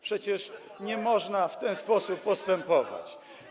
Przecież nie można w ten sposób postępować.